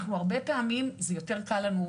הרבה פעמים יותר קל לנו,